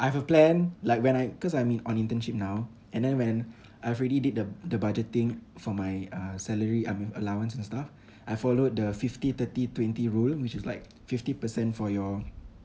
I have a plan like when I cause I'm in on internship now and then when I've already did the the budgeting for my uh salary I mean allowance and stuff I followed the fifty thirty twenty rule which is like fifty percent for your